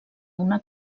una